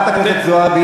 קודם כול, אתה בפרלמנט,